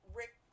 rick